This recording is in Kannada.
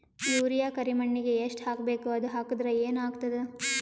ಯೂರಿಯ ಕರಿಮಣ್ಣಿಗೆ ಎಷ್ಟ್ ಹಾಕ್ಬೇಕ್, ಅದು ಹಾಕದ್ರ ಏನ್ ಆಗ್ತಾದ?